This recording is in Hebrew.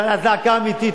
ועל הזעקה האמיתית,